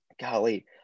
Golly